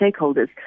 stakeholders